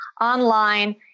online